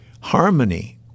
harmony